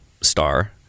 star